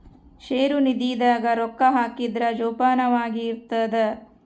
ಷೇರು ನಿಧಿ ದಾಗ ರೊಕ್ಕ ಹಾಕಿದ್ರ ಜೋಪಾನವಾಗಿ ಇರ್ತದ